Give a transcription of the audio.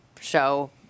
show